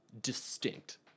distinct